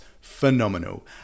phenomenal